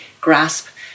grasp